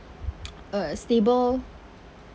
uh stable